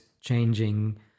changing